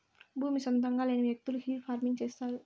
భూమి సొంతంగా లేని వ్యకులు హిల్ ఫార్మింగ్ చేస్తారు